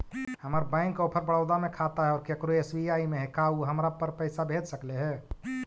हमर bank of Baroda में खाता है और केकरो एस.बी.आई में है का उ हमरा पर पैसा भेज सकले हे?